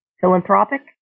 philanthropic